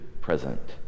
present